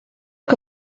que